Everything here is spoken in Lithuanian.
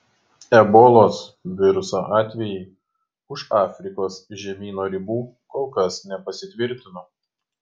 ebolos viruso atvejai už afrikos žemyno ribų kol kas nepasitvirtino